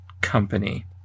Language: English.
Company